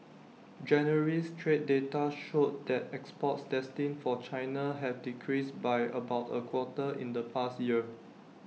January's trade data showed that exports destined for China have decreased by about A quarter in the past year